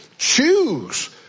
Choose